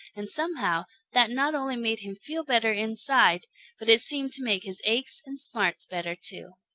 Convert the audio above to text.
and somehow that not only made him feel better inside but it seemed to make his aches and smarts better too.